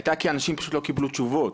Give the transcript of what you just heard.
היה כי אנשים פשוט לא קיבלו תשובות.